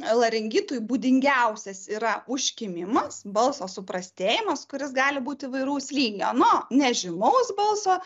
laringitui būdingiausias yra užkimimas balso suprastėjimas kuris gali būti įvairaus lygio nuo nežymaus balso